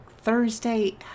thursday